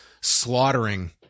slaughtering